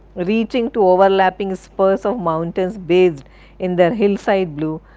reaching to overlapping spurs of mountains bathed in their hill-side blue.